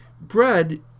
Bread